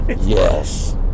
yes